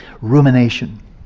rumination